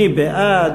מי בעד?